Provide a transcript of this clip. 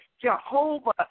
Jehovah